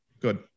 Good